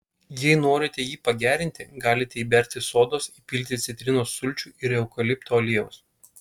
jei norite jį pagerinti galite įberti sodos įpilti citrinos sulčių ir eukalipto aliejaus